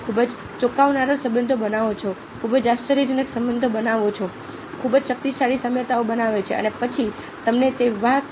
તમે ખૂબ જ ચોંકાવનારા સંબંધો બનાવો છો ખૂબ જ આશ્ચર્યજનક સંબંધો બનાવે છે ખૂબ જ શક્તિશાળી સામ્યતાઓ બનાવે છે અને પછી તમને તે વાહ